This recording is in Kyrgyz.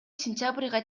сентябрга